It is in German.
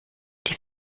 die